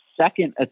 second